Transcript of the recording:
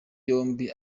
yombi